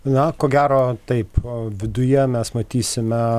na ko gero taip o viduje mes matysime